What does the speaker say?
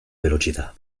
velocità